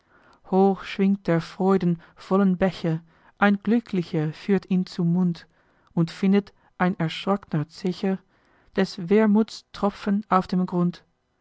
hoch schwingt der freuden vollen becher ein glücklicher führt ihn zum mund und findet ein erschrockner zecher des wermuths tropfen auf dem grund